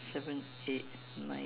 seven eight nine